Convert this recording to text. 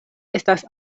estas